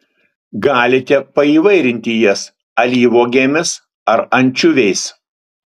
galite paįvairinti jas alyvuogėmis ar ančiuviais